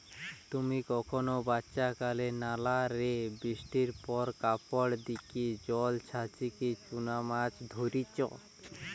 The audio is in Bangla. তুমি কখনো বাচ্চাকালে নালা রে বৃষ্টির পর কাপড় দিকি জল ছাচিকি চুনা মাছ ধরিচ?